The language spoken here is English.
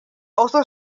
also